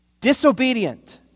disobedient